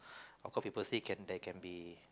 of course people say can there can be